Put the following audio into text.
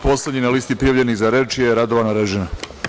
Poslednji na listi prijavljenih za reč je Radovan Arežina.